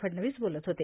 फडणवीस बोलत होते